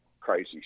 crazy